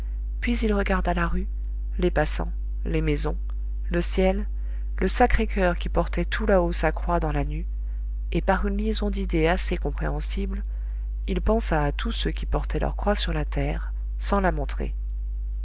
puis il regarda la rue les passants les maisons le ciel le sacré-coeur qui portait tout là-haut sa croix dans la nue et par une liaison d'idées assez compréhensible il pensa à tous ceux qui portaient leur croix sur la terre sans la montrer